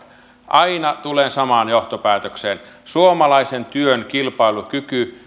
aina tulen samaan johtopäätökseen suomalaisen työn kilpailukykyä